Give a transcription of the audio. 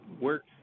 works